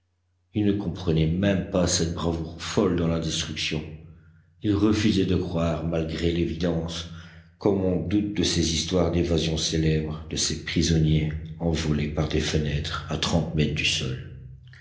ils ne comprenaient même pas cette bravoure folle dans la destruction ils refusaient de croire malgré l'évidence comme on doute de ces histoires d'évasions célèbres de ces prisonniers envolés par des fenêtres à trente mètres du sol